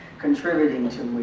contributing to